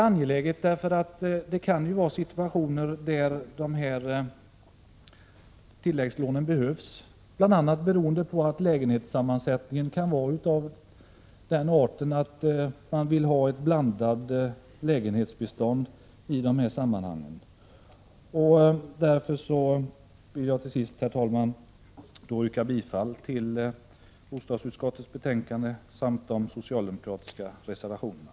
Vi tycker att det är angeläget. Det kan ju uppstå situationer där tilläggslånen behövs. Lägenhetssammansättningen kan vara av den arten att man vill ha ett mera blandat lägenhetsbestånd. Herr talman! Till sist vill jag yrka bifall till de socialdemokratiska reservationerna och i övrigt till bostadsutskottets hemställan.